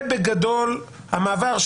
זה בגדול המעבר.